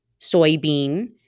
soybean